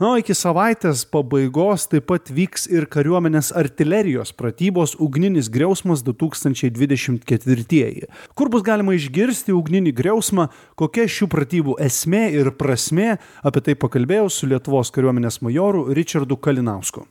na o iki savaitės pabaigos taip pat vyks ir kariuomenės artilerijos pratybos ugninis griausmas du tūkstančiai dvidešimt ketvirtieji kur bus galima išgirsti ugninį griausmą kokia šių pratybų esmė ir prasmė apie tai pakalbėjau su lietuvos kariuomenės majoru ričardu kalinausku